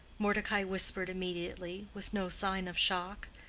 mordecai whispered immediately, with no sign of shock.